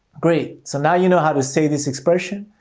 great. so now you know how to say this expression.